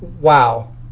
wow